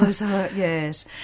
yes